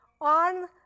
on